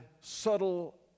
subtle